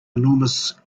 enormous